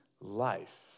life